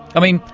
i mean,